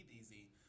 easy